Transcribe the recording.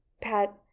Pat